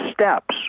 steps